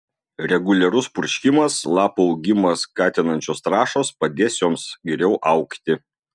reguliarus purškimas lapų augimą skatinančios trąšos padės joms geriau augti